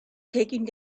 taking